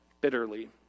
bitterly